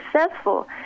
successful